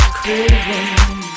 craving